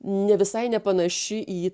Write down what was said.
ne visai nepanaši į